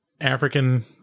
african